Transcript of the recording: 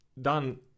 done